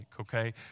okay